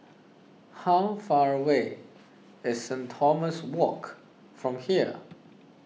how far away is Saint Thomas Walk from here